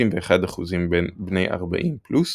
31% בני 40 פלוס,